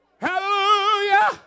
Hallelujah